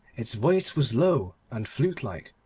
its voice was low and flute-like,